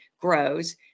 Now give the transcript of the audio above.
grows